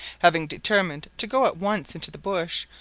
having determined to go at once into the bush,